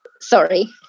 sorry